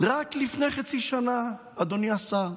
רק לפני חצי שנה, אדוני השר,